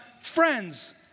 friends